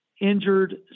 injured